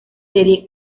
serie